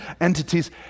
entities